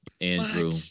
Andrew